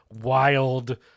wild